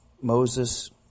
Moses